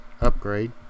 upgrade